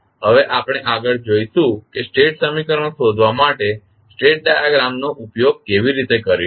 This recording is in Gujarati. હવે આપણે આગળ જોઇશું કે સ્ટેટ સમીકરણો શોધવા માટે સ્ટેટ ડાયાગ્રામ નો ઉપયોગ કેવી રીતે કરીશું